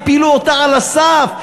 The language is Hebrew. הפילו אותה על הסף.